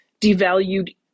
devalued